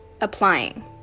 applying